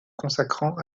consacrant